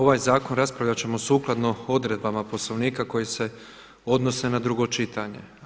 Ovaj zakon raspravljati ćemo sukladno odredbama Poslovnika koje se odnose na drugo čitanje.